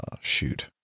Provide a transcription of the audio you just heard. Shoot